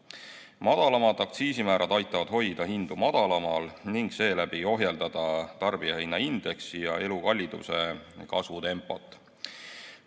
Madalamad aktsiisimäärad aitavad hoida hindu madalamal ning seeläbi ohjeldada tarbijahinnaindeksi ja elukalliduse kasvutempot.